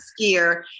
skier